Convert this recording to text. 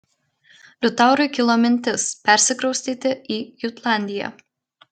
liutaurui kilo mintis persikraustyti į jutlandiją